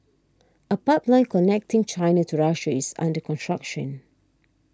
a pipeline connecting China to Russia is under construction